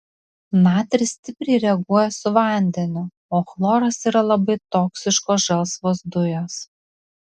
natris stipriai reaguoja su vandeniu o chloras yra labai toksiškos žalsvos dujos